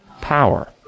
power